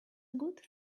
good